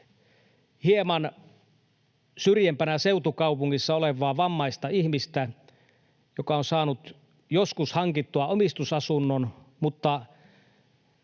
hieman syrjempänä seutukaupungissa olevaa vammaista ihmistä, joka on saanut joskus hankittua omistusasunnon mutta